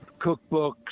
cookbooks